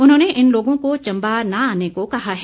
उन्होंने इन लोगों को चम्बा न आने को कहा है